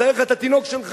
תאר לך את התינוק שלך,